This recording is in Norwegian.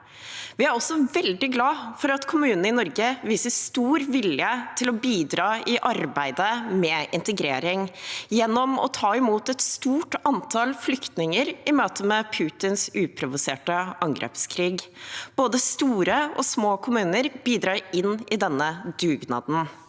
Vi er også veldig glad for at kommunene i Norge viser stor vilje til å bidra i arbeidet med integrering gjennom å ta imot et stort antall flyktninger i møte med Putins uprovoserte angrepskrig. Både store og små kommuner bidrar i denne dugnaden.